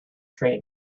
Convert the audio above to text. train